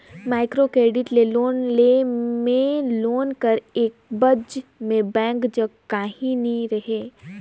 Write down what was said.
micro credit ले loan लेय में लोन कर एबज में बेंक जग काहीं नी रहें